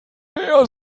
mehr